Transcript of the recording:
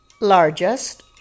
largest